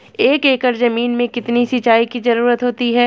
एक एकड़ ज़मीन में कितनी सिंचाई की ज़रुरत होती है?